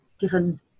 given